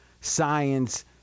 science